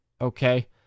okay